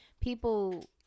people